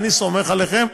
ואני סומך עליכם,